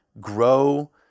grow